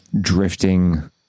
Drifting